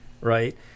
right